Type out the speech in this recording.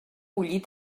bullir